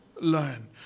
Learn